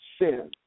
sin